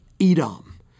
Edom